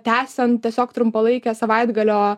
tęsiant tiesiog trumpalaikę savaitgalio